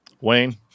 Wayne